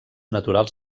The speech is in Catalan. naturals